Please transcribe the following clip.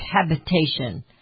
habitation